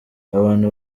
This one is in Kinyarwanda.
abantu